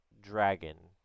dragon